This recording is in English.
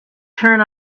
turn